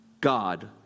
God